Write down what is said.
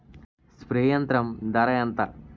Spray యంత్రం ధర ఏంతా?